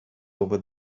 over